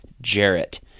Jarrett